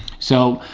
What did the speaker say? so,